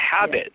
habit